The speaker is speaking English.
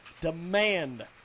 Demand